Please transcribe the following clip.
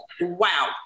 wow